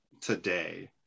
today